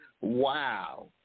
wow